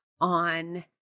on